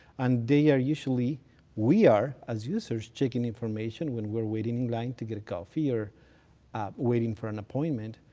and they are usually we are, as users, checking information when we're waiting in line to get a coffee or waiting for an appointment,